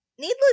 Needless